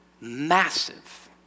massive